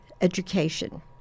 education